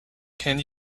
can